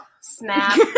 Snap